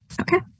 Okay